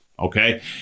okay